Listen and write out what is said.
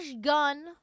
gun